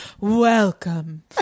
Welcome